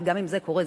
אבל גם אם זה קורה,